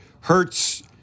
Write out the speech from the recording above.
Hurts